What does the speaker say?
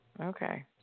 Okay